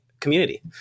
community